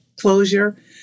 closure